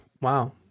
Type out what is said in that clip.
Wow